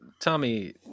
Tommy